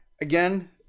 Again